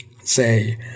say